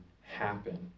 happen